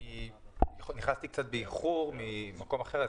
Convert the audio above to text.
נכנסתי קצת באיחור ממקום אחר,